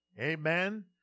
Amen